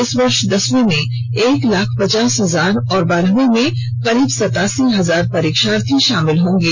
इस वर्ष दसवीं में एक लाख पचास हजार और बारहवीं में करीब सतासी हजार परीक्षार्थी शामिल होंगे